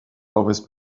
always